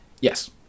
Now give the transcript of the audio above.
Yes